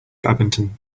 badminton